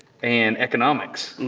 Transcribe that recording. and economics,